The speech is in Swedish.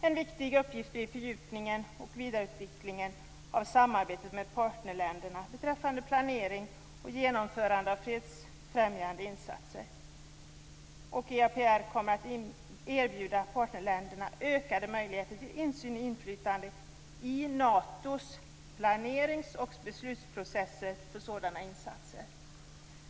En viktig uppgift blir fördjupningen och vidareutvecklingen av samarbetet med partnerländerna beträffande planering och genomförande av fredsfrämjande insatser. EAPR kommer att erbjuda partnerländerna möjligheter till insyn och inflytande i Natos planerings och beslutsprocesser för sådana insatser."